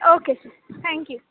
okay ਜੀ thank you